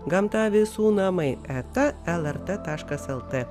gamta visų namai eta lrt taškas lt